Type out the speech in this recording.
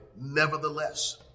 Nevertheless